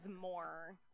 more